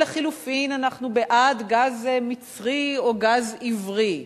או לחלופין אנחנו בעד גז מצרי או גז עברי,